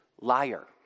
liar